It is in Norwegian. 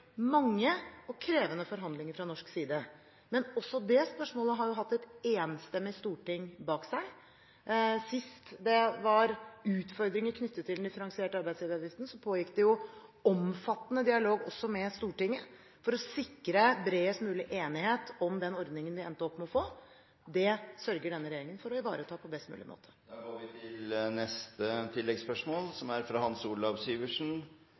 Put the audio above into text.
mange og krevende forhandlinger fra norsk side. Men også det spørsmålet har hatt et enstemmig storting bak seg. Sist det var utfordringer knyttet til den differensierte arbeidsgiveravgiften, pågikk det omfattende dialog også med Stortinget for å sikre bredest mulig enighet om den ordningen vi endte opp med å få. Det sørger denne regjeringen for å ivareta på best mulig måte. Hans Olav Syversen – til